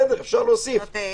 אפשר להוסיף.